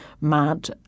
mad